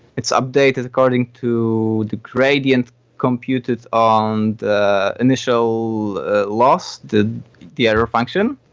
it's updated according to the gradient computed on the initial loss, the the error function.